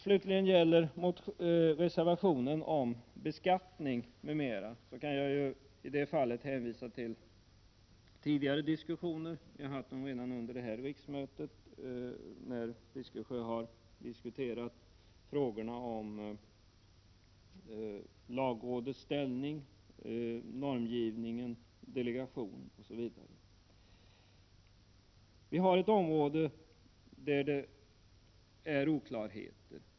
Jag kan beträffande reservationen om beskattning m.m. hänvisa till tidigare diskussioner som vi redan haft under detta riksmöte. Bertil Fiskesjö har diskuterat frågorna om lagrådets ställning, normgivningen, delegering osv. På ett område förekommer det oklarheter.